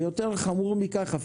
יותר חמור מכך,